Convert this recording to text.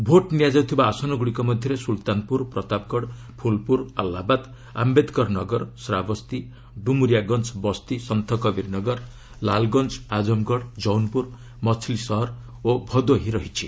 vote ନିଆଯାଉଥିବା ଆସନଗୁଡ଼ିକ ମଧ୍ୟରେ ସ୍ୱଲତାନପ୍ରର ପ୍ରତାପଗଡ଼ ଫୁଲପୁର ଆହ୍ଲାବାଦ ଆୟେଦକରନଗର ଶ୍ରାବସ୍ତି ଡୁମରିଆଗଞ୍ଜ ବସ୍ତି ସନ୍ଦୁକବିରନଗର ଲାଲଗଞ୍ଜ ଆଜମଗଡ଼ ଯୌନପୁର ମଛଲିସହର ଓ ଭଦୋହି ରହିଛି